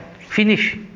finish